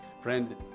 Friend